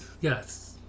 Yes